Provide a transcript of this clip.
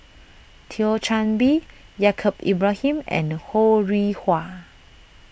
Thio Chan Bee Yaacob Ibrahim and Ho Rih Hwa